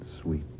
Sweet